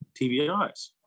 TVIs